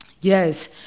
Yes